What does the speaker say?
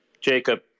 Jacob